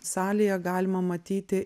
salėje galima matyti